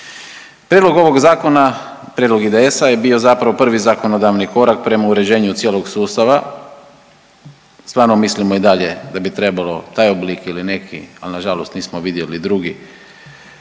Prijedlog ovog zakona, prijedlog IDS-a je bio zapravo prvi zakonodavni korak prema uređenju cijelog sustava, stvarno mislimo i dalje da bi trebalo taj oblik ili neki, al nažalost nismo vidjeli drugi,